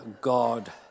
God